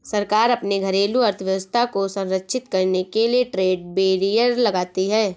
सरकार अपने घरेलू अर्थव्यवस्था को संरक्षित करने के लिए ट्रेड बैरियर लगाती है